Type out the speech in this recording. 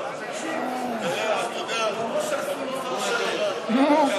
הארגזים, רמי